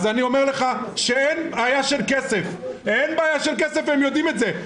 אז אני אומר לך שאין בעיה של כסף והם יודעים את זה,